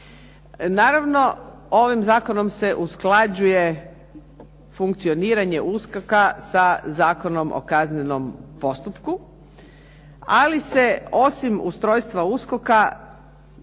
Naravno, ovim zakonom se usklađuje funkcioniranje USKOK-a sa Zakonom o kaznenom postupku, ali se osim ustrojstva USKOK-a